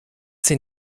sie